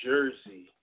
Jersey